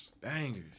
Bangers